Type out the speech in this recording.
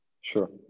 Sure